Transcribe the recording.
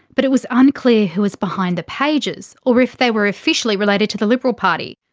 but it was unclear who was behind the pages or if they were officially related to the liberal party.